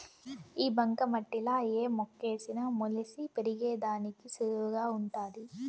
ఈ బంక మట్టిలా ఏ మొక్కేసిన మొలిసి పెరిగేదానికి సులువుగా వుంటాది